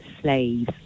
slaves